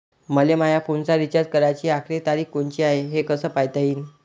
मले माया फोनचा रिचार्ज कराची आखरी तारीख कोनची हाय, हे कस पायता येईन?